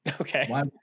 Okay